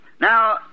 Now